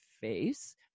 face